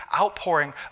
outpouring